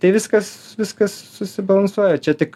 tai viskas viskas susibalansuoja čia tik